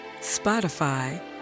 Spotify